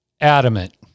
adamant